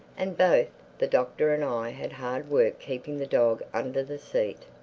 and both the doctor and i had hard work keeping the dog under the seat.